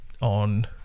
on